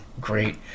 great